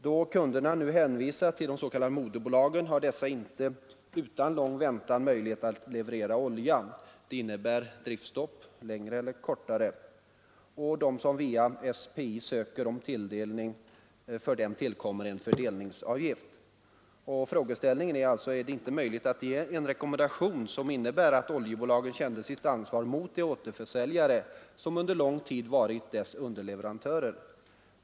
Då kunderna nu hänvisas till de s.k. moderbolagen har dessa inte utan lång väntan möjlighet att leverera olja. Det innebär driftstopp, längre eller kortare. För dem som hos SPI ansöker om tilldelning tillkommer dessutom en fördelningsavgift. Frågeställningen är alltså: Är det inte möjligt att ge en rekommenda tion som innebär att oljebolagen känner sitt ansvar mot de återförsäljare som under lång tid varit deras underleverantörer?